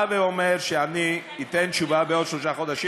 בא ואומר: אני אתן תשובה בעוד שלושה חודשים,